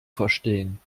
verstehen